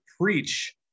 preach